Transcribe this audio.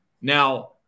Now